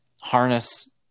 harness